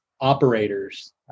operators